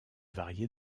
varier